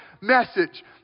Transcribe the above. message